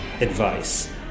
advice